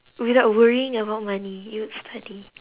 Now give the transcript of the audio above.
without worrying about money you would study